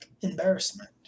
embarrassment